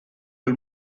del